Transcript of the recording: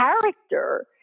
character